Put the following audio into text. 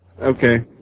okay